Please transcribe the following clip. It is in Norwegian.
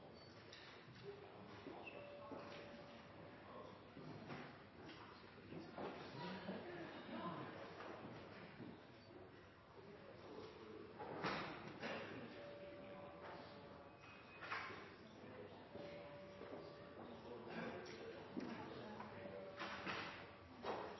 rørt når jeg